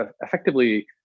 effectively